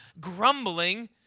grumbling